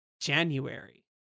January